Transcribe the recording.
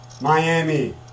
Miami